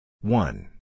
One